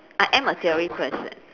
I am a theory person